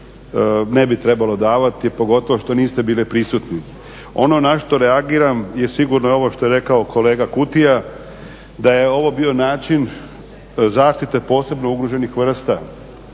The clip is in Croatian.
ne bi trebalo davati pogotovo što niste bili prisutni. Ono na što reagiram je sigurno i ovo što je rekao kolega Kutija, da je ovo bio način zaštite posebno ugroženih vrsta